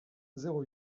zéro